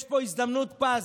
יש פה הזדמנות פז,